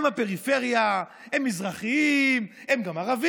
הם הפריפריה, הם מזרחים, הם גם ערבים.